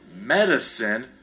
medicine